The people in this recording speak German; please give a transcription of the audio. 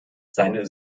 seine